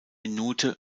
minute